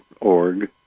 org